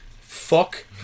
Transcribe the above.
Fuck